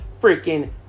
freaking